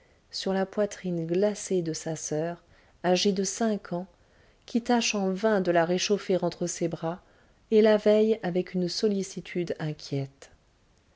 sur la poitrine glacée de sa soeur âgée de cinq ans qui tâche en vain de la réchauffer entre ses bras et la veille avec une sollicitude inquiète